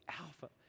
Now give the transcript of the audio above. Alpha